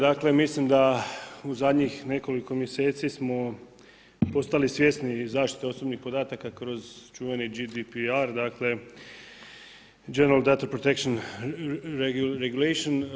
Dakle, mislim da u zadnjih nekoliko mjeseci smo postali svjesni zaštite osobnih podataka kroz čuveni GDPR, dakle General data protection regulation.